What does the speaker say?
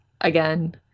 again